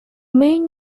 main